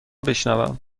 بشنوم